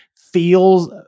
feels